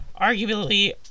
arguably